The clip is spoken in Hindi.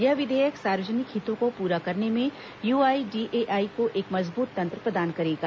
यह विधेयक सार्वजनिक हितों को पूरा करने में यूआईडीएआई को एक मजबूत तंत्र प्रदान करेगा